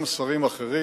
גם שרים אחרים.